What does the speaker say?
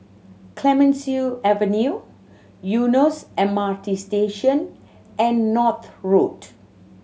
Clemenceau Avenue Eunos M R T Station and North Road